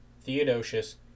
Theodosius